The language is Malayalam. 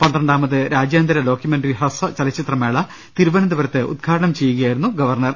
പന്ത്രണ്ടാമത് രാജ്യാന്തര ഡോക്യുമെന്ററി ഹ്രസ്വചലച്ചിത്രമേള തിരു വനന്തപുരത്ത് ഉദ്ഘാടനം ചെയ്യുകയായിരുന്നു ഗവർണർ